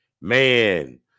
Man